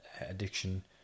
addiction